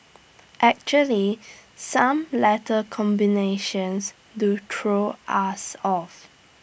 actually some letter combinations do throw us off